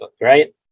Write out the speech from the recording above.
right